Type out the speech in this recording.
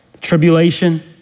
tribulation